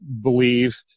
believe